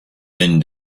been